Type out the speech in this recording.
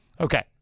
Okay